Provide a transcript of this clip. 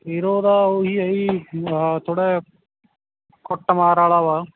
hero ਦਾ ਉਹ ਹੀ ਹੈ ਜੀ ਆਹਾ ਥੋੜ੍ਹਾ ਜਿਹਾ ਕੁੱਟਮਾਰ ਵਾਲਾ ਵਾ